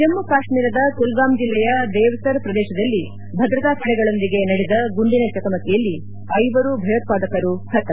ಜಮ್ನು ಕಾಶ್ತೀರದ ಕುಲ್ಗಾಮ್ ಜಿಲ್ಲೆಯ ದೇವಸರ್ ಪ್ರದೇಶದಲ್ಲಿ ಭದ್ರತಾಪಡೆಗಳೊಂದಿಗೆ ನಡೆದ ಗುಂಡಿನ ಚಕಮಕಿಯಲ್ಲಿ ಐವರು ಭಯೋತ್ವಾದಕರು ಹತ